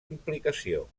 implicació